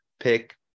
pick